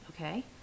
okay